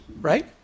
right